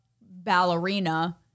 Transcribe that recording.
ballerina